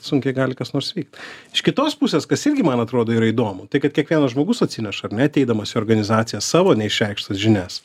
sunkiai gali kas nors vykti iš kitos pusės kas irgi man atrodo yra įdomu tai kad kiekvienas žmogus atsineša ateidamas į organizaciją savo neišreikštas žinias